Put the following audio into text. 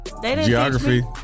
Geography